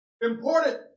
important